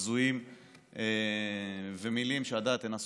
בזויים ובמילים שהדעת אינה סובלת.